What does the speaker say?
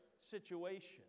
situation